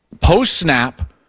post-snap